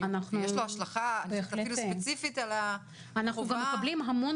יש לו השלכה ספציפית על ה --- אנחנו מקבלים המון